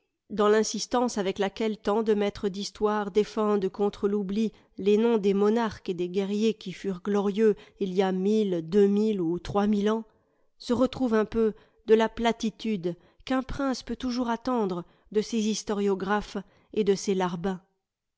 dans l'insistance avec laquelle tant de maîtres d'histoire défendent contre l'oubli les noms des monarques et des guerriers qui furent glorieux il y a mille deux mille ou trois mille ans se retrouve un peu de la platitude qu'un prince peut toujours attendre de ses historiographes et de ses larbins